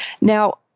Now